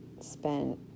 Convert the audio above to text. spent